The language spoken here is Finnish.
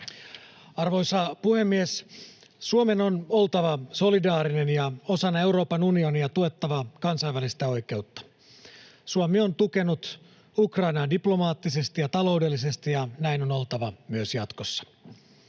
Arvoisa puhemies! Suomen on oltava solidaarinen ja osana Euroopan unionia tuettava kansainvälistä oikeutta. Suomi on tukenut Ukrainaa diplomaattisesti ja taloudellisesti, ja näin on oltava myös jatkossa.